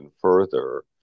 further